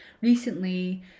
recently